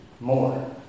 more